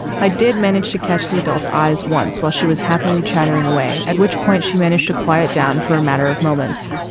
i did manage to catch the adults eyes once while she was happily chattering away. at which point she managed to quiet down for a matter of moments.